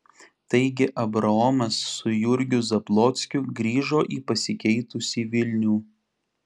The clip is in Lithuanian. taigi abraomas su jurgiu zablockiu grįžo į pasikeitusį vilnių